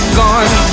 gone